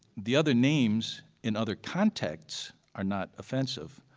the other names in other contexts are not offensive.